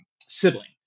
sibling